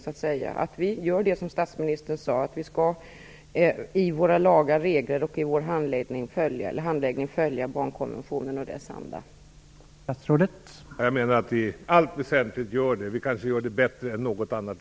Jag vill vädja till dem att, som statsministern sade, i lagar, regler och handläggning följa barnkonventionen och verka i dess anda.